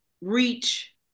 reach